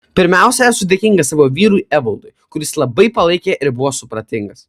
pirmiausia esu dėkinga savo vyrui evaldui kuris labai palaikė ir buvo supratingas